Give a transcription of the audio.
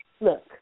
Look